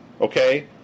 Okay